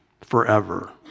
forever